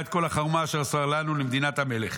את כל החורמה אשר עשה לנו ולמדינת המלך